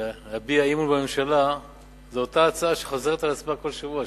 אי-אמון בממשלה זו אותה הצעה שחוזרת על עצמה בכל שבוע.